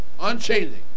unchanging